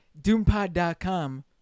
Doompod.com